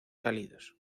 cálidos